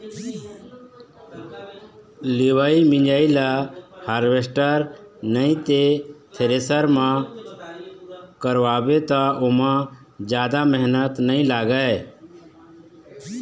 लिवई मिंजई ल हारवेस्टर नइ ते थेरेसर म करवाबे त ओमा जादा मेहनत नइ लागय